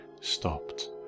stopped